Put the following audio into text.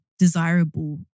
desirable